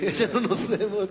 יש לנו נושא מאוד קונקרטי.